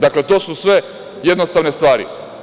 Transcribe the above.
Dakle, to su jednostavne stvari.